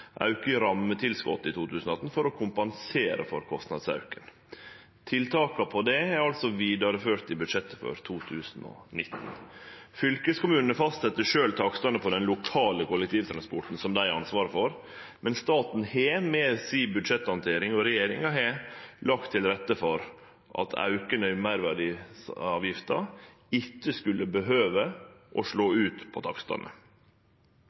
auke i rammetilskotet i 2018 for å kompensere for kostnadsauken. Tiltaka for dette er altså førte vidare i budsjettet for 2019. Fylkeskommunane fastset sjølve takstane på den lokale kollektivtransporten, som dei har ansvaret for, men staten og regjeringa har med si budsjetthandtering lagt til rette for at auken i meirverdiavgifta ikkje skulle behøve å slå ut på takstane.